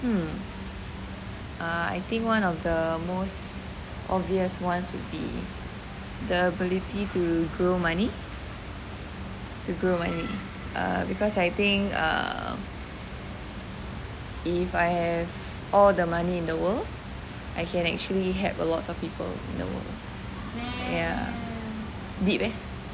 hmm I think one of the most obvious ones would be the ability to grow money to grow money because I think err if I have all the money in the world I can actually help lots of people ya deep eh